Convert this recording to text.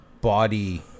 body